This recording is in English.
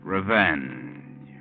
Revenge